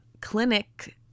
Clinic